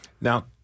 Now